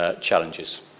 Challenges